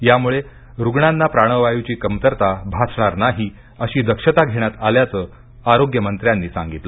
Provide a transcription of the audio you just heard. यामुळे रुग्णांना प्राणवायुची कमतरता भासणार नाही अशी दक्षता घेण्यात आल्याच आरोग्यमंत्र्यांनी सांगितल